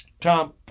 Tom